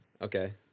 Okay